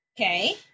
Okay